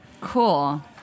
Cool